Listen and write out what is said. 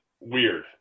weird